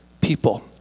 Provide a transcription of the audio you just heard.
people